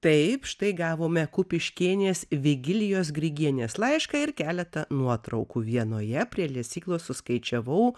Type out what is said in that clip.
taip štai gavome kupiškėnės vigilijos grigienės laišką ir keletą nuotraukų vienoje prie lesyklos suskaičiavau